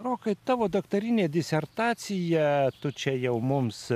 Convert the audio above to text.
rokai tavo daktarinė disertacija tu čia jau mums